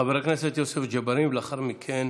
חבר הכנסת יוסף ג'בארין, ולאחר מכן,